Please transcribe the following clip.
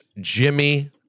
Jimmy